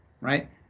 Right